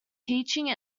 teaching